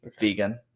Vegan